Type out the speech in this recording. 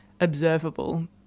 observable